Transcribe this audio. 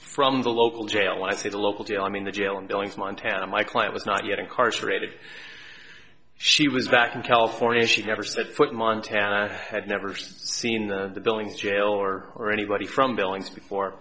from the local jail like to the local jail i mean the jail in billings montana my client was not yet incarcerated she was back in california she never set foot in montana had never seen the building jail or or anybody from billings before